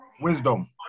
Wisdom